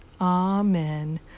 amen